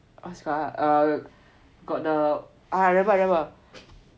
what's that called ah got the I remember remember